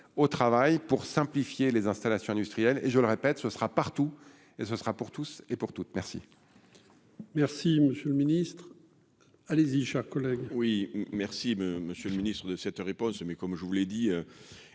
au travail pour simplifier les installations industrielles et je le répète, ce sera partout et ce sera pour tous et pour toutes, merci.